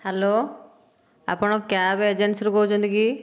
hello ଆପଣ cab ଏଜେନ୍ସିରୁ କହୁଛନ୍ତି କି